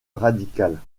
radicale